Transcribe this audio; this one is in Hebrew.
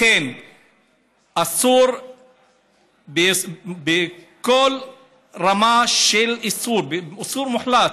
לכן אסור בכל רמה של איסור, באיסור מוחלט,